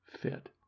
fit